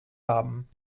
haben